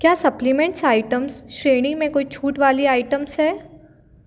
क्या supplements items श्रेणी में कोई छूट वाली आइटम्स हैं